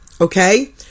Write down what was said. okay